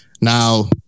Now